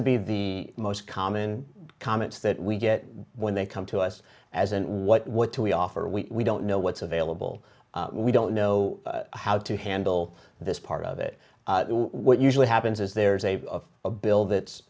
to be the most common comments that we get when they come to us as and what do we offer we don't know what's available we don't know how to handle this part of it what usually happens is there is a of a bill that's